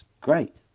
great